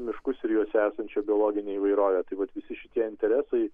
miškus ir juose esančią biologinę įvairovę tai vat visi šitie interesai